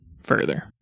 further